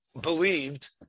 believed